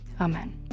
Amen